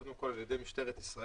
קודם כל על ידי משטרת ישראל.